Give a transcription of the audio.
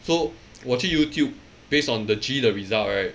so 我去 Youtube based on the G 的 result right